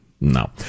No